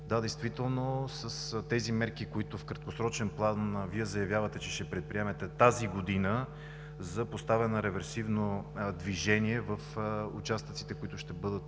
Да, действително, с тези мерки, които в краткосрочен план Вие заявявате, че ще предприемете тази година за поставяне на реверсивно движение в участъците, които ще бъдат